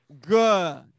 Good